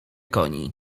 koni